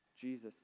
Jesus